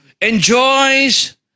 enjoys